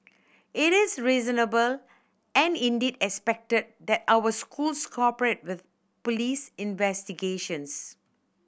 it is reasonable and indeed expected that our schools cooperate with police investigations